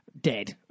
dead